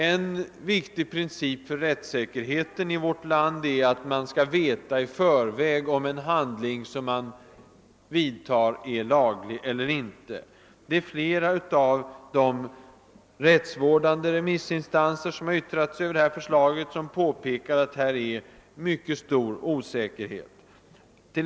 En viktig princip för rättssäkerheten i vårt land är att man skall veta i förväg, om en handling är laglig eller inte. Flera av de rättsvårdande remissinstanser som yttrat sig över förslaget påpekar att här råder stor osäkerhet.